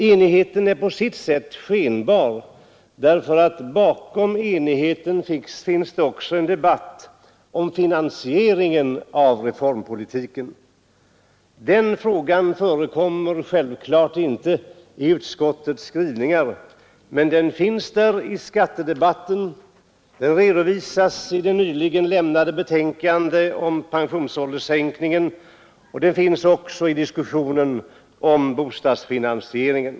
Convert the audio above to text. Enigheten är på sitt sätt skenbar, eftersom det också förekommer en debatt om finansieringen av reformpolitiken. Den frågan behandlas självfallet inte i utskottets betänkande, men den tas upp i skattedebatten, den redovisas i det nyligen avlämnade betänkandet angående en sänkning av pensionsåldern och den ingår också i diskussionen om bostadsfinansieringen.